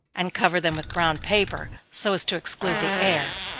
and cover them with brown paper, so as to exclude the air.